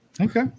Okay